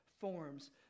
forms